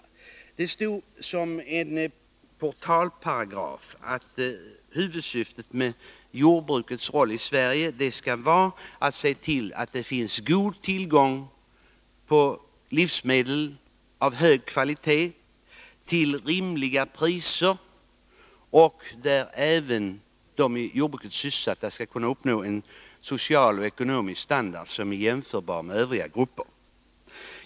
I dessa riktlinjer stod som en portalparagraf att huvudsyftet med jordbrukets roll i Sverige skall vara att se till att det finns god tillgång på livsmedel av hög kvalitet, till rimliga priser och att även de i jordbruket sysselsatta skall kunna uppnå en social och ekonomisk standard som är jämförbar med övriga gruppers.